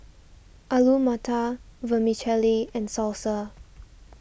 Alu Matar Vermicelli and Salsa